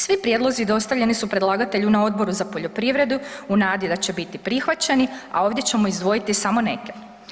Svi prijedlozi dostavljeni su predlagatelju na Odboru za poljoprivredu u nadi da će biti prihvaćeni, a ovdje ćemo izdvojiti samo neke.